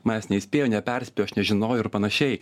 manęs neįspėjo neperspėjo aš nežinojau ir panašiai